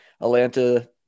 Atlanta